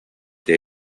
der